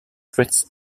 threats